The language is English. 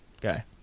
guy